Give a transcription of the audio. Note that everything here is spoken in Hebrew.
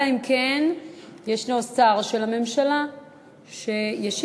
אלא אם כן יש שר של הממשלה שישיב.